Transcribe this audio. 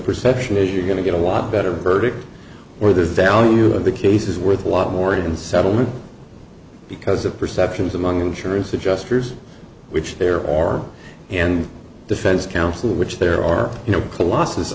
perception is you're going to get a lot better verdict or the value of the case is worth a lot more to the settlement because of perceptions among insurance adjusters which there are and defense counsel which there are